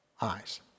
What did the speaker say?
eyes